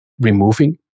removing